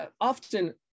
often